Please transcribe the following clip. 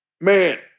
man